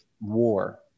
war